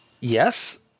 yes